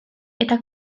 eta